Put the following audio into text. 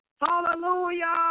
Hallelujah